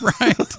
right